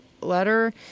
letter